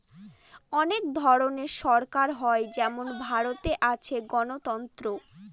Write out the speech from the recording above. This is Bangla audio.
অনেক ধরনের সরকার হয় যেমন ভারতে আছে গণতন্ত্র